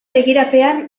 begiradapean